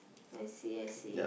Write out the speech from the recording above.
I see I see